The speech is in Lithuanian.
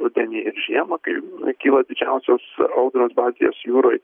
rudenį ir žiemą kai kyla didžiausios audros baltijos jūroj